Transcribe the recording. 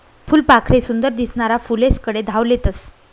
फुलपाखरे सुंदर दिसनारा फुलेस्कडे धाव लेतस